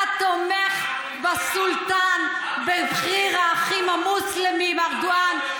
אתה תומך בסולטן, בבכיר האחים המוסלמים ארדואן.